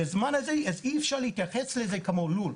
בזמן הזה אי אפשר להתייחס לזה כמו לול.